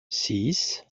six